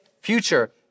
future